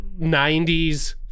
90s